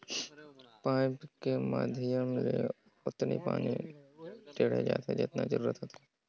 pipe के माधियम ले ओतनी पानी टेंड़े जाथे जतना जरूरत होथे